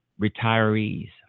retirees